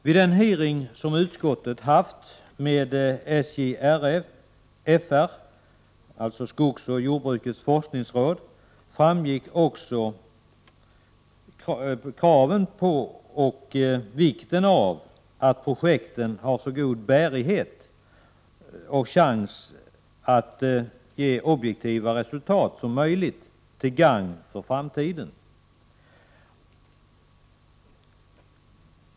Vid den utfrågning som utskottet haft med SJFR — skogsoch jordbrukets forskningsråd — framfördes också vikten av att projekten har så god bärighet som möjligt och chans att ge så objektiva resultat som möjligt, till gagn för framtiden.